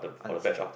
understand